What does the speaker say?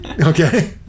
okay